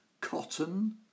cotton